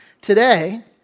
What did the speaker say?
today